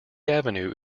avenue